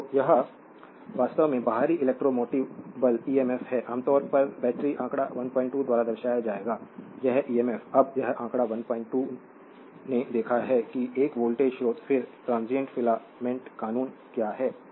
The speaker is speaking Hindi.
तो यह वास्तव में बाहरी इलेक्ट्रोमोटिव बल ईएमएफ है आमतौर पर बैटरी आंकड़ा 12 द्वारा दर्शाया जाएगा यह ईएमएफ अब यह आंकड़ा 12 ने देखा है कि एक वोल्टेज स्रोत फिर ट्रांसिएंट फिलामेंट कानून क्या है